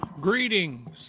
Greetings